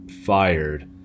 fired